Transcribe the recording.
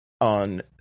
on